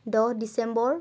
দহ ডিচেম্বৰ